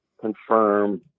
confirm